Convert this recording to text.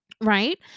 right